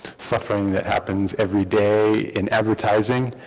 suffering that happens everyday in advertising